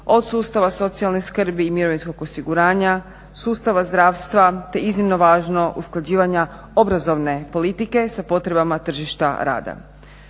od sustava socijalne skrbi i mirovinskog osiguranja, sustava zdravstva te iznimno važno usklađivanja obrazovne politike sa potrebama tržišta rada.